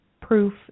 proof